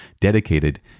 dedicated